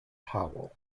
howell